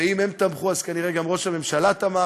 ואם הם תמכו, אז כנראה גם ראש הממשלה תמך.